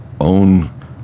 own